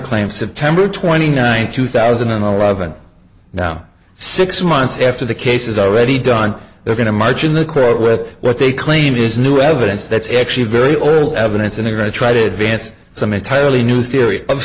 claim september twenty ninth two thousand and eleven now six months after the case is already done they're going to march in the quote with what they claim is new evidence that's actually very little evidence and they're going to try to advance some entirely new theory of